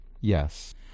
yes